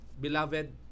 Beloved